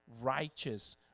righteous